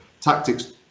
tactics